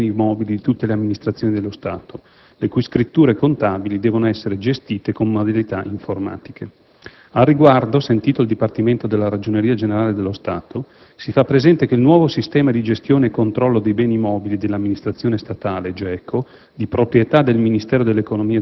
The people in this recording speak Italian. utilizzato per il reinventario dei beni mobili di tutte le Amministrazioni dello Stato, le cui scritture contabili devono essere gestite con modalità informatiche. Al riguardo, sentito il Dipartimento della Ragioneria Generale dello Stato, si fa presente che il nuovo Sistema di Gestione e Controllo dei beni mobili dell'Amministrazione statale (GECO),